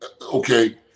Okay